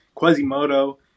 Quasimodo